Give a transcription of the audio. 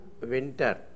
winter